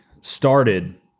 started